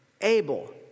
Abel